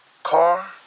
Car